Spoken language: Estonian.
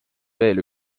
veel